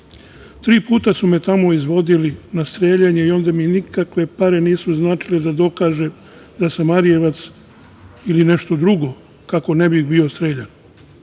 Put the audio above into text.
Tri puta su me tamo izvodili na streljanje i onda mi nikakve pare nisu značile da dokažem da sam Arijevac ili nešto drugo kako ne bi bio streljan.